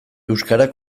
euskara